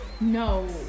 no